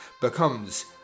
becomes